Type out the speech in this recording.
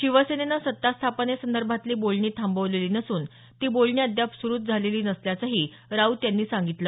शिवसेनेनं सत्ता स्थापनेसंदर्भातली बोलणी थांबवलेली नसून ती बोलणी अद्याप सुरुच झालेली नसल्याचंही राऊत यांनी सांगितलं